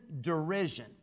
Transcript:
derision